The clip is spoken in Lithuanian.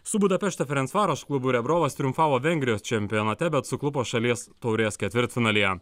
su budapešto ferensvaroš klubu rebrovas triumfavo vengrijos čempionate bet suklupo šalies taurės ketvirtfinalyje